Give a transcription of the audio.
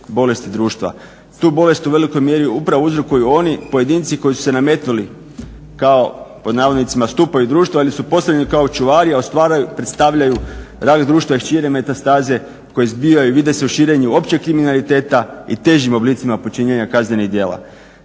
Tu bolest u velikoj mjeri upravo uzrokuju oni pojedinci koji su se nametnuli kao pod navodnicima stupovi društva ili su postavljeni kao čuvari, a ustvari predstavljaju rad društva i šire metastaze koji zbijaju i vide se u širenju općeg kriminaliteta i težim oblicima počinjenja kaznenih djela.